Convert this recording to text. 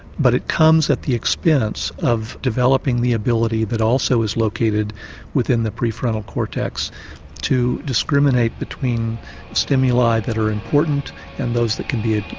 but it comes at the expense of developing the ability that also is located within the prefrontal cortex to discriminate between stimuli that are important and those that can be ah